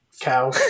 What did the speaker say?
cow